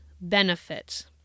benefits